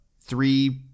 three